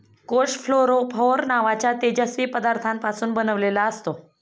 कोष फ्लोरोफोर नावाच्या तेजस्वी पदार्थापासून बनलेला असतो